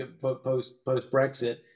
post-Brexit